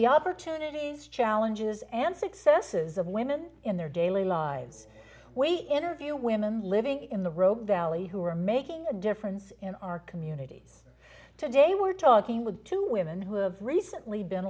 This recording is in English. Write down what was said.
the opportunities challenges and successes of women in their daily lives way interview women living in the row ballyhoo are making a difference in our communities today we're talking with two women who have recently been